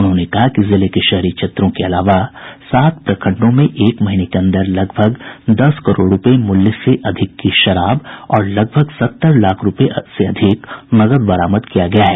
उन्होंने कहा कि जिले के शहरी क्षेत्रों के अलावा सात प्रखंडों में एक महीने के अंदर लगभग दस करोड़ रूपये मूल्य से अधिक की शराब और लगभग सत्तर लाख रूपये से अधिक नकद बरामद किया गया है